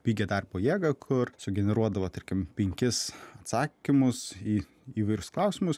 pigią darbo jėgą kur sugeneruodavo tarkim penkis atsakymus į įvairius klausimus